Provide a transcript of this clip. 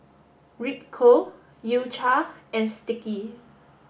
Ripcurl U Cha and Sticky